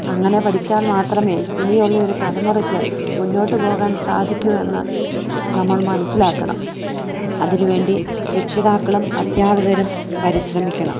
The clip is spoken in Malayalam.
അങ്ങനെ പഠിച്ചാൽ മാത്രമേ ഇനിയുള്ള ഒരു തലമുറയ്ക്ക് മുന്നോട്ടുപോകാൻ സാധിക്കൂ എന്ന് നമ്മൾ മനസ്സിലാക്കണം അതിനുവേണ്ടി രക്ഷിതാക്കളും അധ്യാപകരും പരിശ്രമിക്കണം